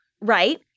right